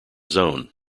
zone